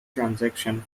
transaction